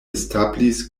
establis